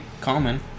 common